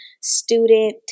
student